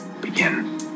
Begin